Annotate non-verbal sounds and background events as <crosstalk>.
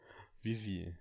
<breath> dizzy eh